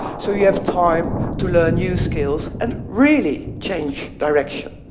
so you have time to learn new skills and really change direction.